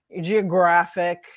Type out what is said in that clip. geographic